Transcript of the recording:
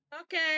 okay